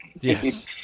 Yes